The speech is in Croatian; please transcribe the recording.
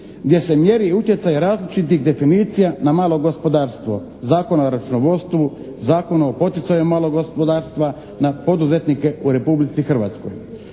gdje se mjeri utjecaj različitih definicija na malo gospodarstvo, Zakona o računovodstvu, Zakona o poticaju malog gospodarstva na poduzetnike u Republici Hrvatskoj.